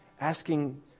Asking